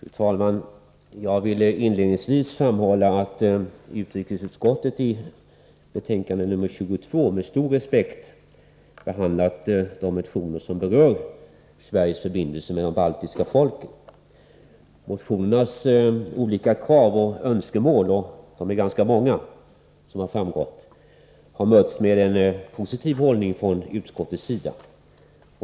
Fru talman! Jag vill inledningsvis framhålla att utrikesutskottet i betänkande nr 22 med stor respekt behandlat de motioner som berör Sveriges förbindelser med de baltiska folken. Motionernas olika krav och önskemål — och de är, som har framgått, ganska många — har mötts med en positiv hållning från utskottets sida.